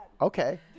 Okay